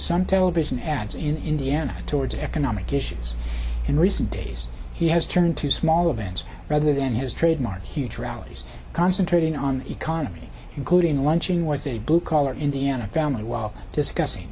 some television ads in indiana towards economic issues in recent days he has turned to small events rather than his trademark huge rallies concentrating on the economy including launching was a blue collar indiana family while discussing